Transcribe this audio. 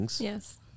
Yes